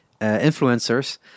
influencers